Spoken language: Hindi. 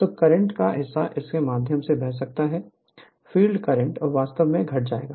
तो करंट का हिस्सा इसके माध्यम से बह सकता है संदर्भ समय 0858 फ़ील्ड करंट वास्तव में घट जाएगा